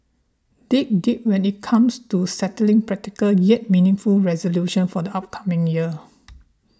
dig deep when it comes to setting practical yet meaningful resolutions for the upcoming year